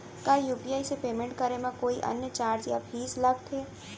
का यू.पी.आई से पेमेंट करे म कोई अन्य चार्ज या फीस लागथे?